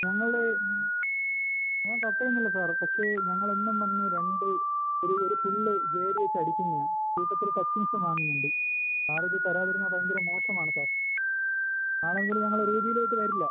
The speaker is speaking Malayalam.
ഞങ്ങൾ ഞാൻ കട്ട് ചെയ്യുന്നില്ല സാർ പക്ഷേ ഞങ്ങളെന്നും വന്ന് രണ്ട് ഒരു ഒരു ഫുള്ള് ജേ ഡിയക്കെ അടിക്കുന്നയാ കൂട്ടത്തിൽ ടച്ചിങ്സും വാങ്ങുന്നുണ്ട് സാറിത് തരാതിരുന്നാൽ ഭയങ്കര മോശമാണ് സാർ നാളെ മുതൽ ഞങ്ങൾ റൂബീലോട്ട് വരില്ല